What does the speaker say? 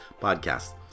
Podcast